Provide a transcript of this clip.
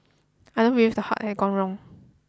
I don't believe the heart had gone wrong